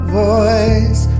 voice